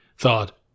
thought